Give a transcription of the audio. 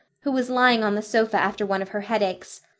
who was lying on the sofa after one of her headaches,